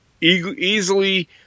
easily